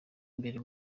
imbere